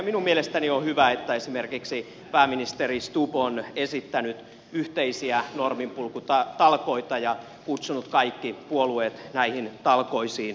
minun mielestäni on hyvä että esimerkiksi pääministeri stubb on esittänyt yhteisiä norminpurkutalkoita ja kutsunut kaikki puolueet näihin talkoisiin mukaan